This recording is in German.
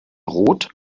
rot